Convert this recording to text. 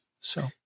So-